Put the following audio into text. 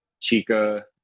Chica